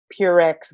Purex